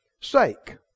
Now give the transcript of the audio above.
sake